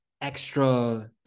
extra